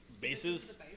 Bases